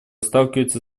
сталкиваются